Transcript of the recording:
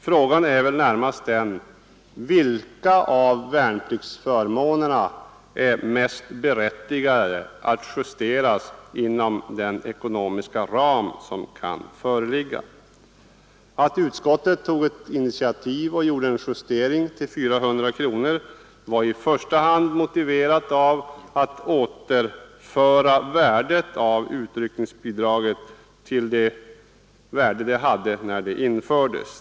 Frågan är väl närmast: Vilka av värnpliktsförmånerna är det mest berättigat att justera inom den ekonomiska ram som kan föreligga? Utskottet tog ett initiativ och justerade utryckningsbidraget till 400 kronor, i första hand för att återföra det till det värde det hade när det infördes.